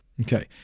Okay